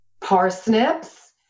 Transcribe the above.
parsnips